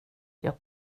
jag